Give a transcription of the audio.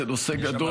זה נושא גדול,